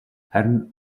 харин